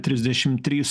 trisdešim trys